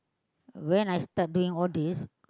when I start doing all this